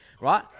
Right